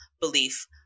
belief